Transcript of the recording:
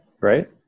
right